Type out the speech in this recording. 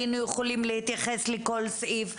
היינו יכולים להתייחס לכל סעיף,